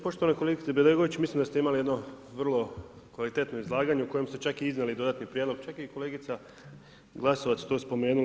Poštovana kolegice Bedeković, mislim da ste imali jedno vrlo kvalitetno izlaganje, u kojem ste čak i iznijeli dodatni prijedlog, čak je i kolegica Glasovac to spomenula.